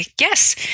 yes